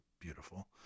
beautiful